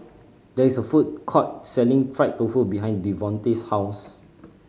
there is a food court selling fried tofu behind Devontae's house